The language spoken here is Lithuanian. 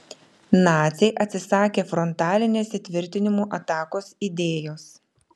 naciai atsisakė frontalinės įtvirtinimų atakos idėjos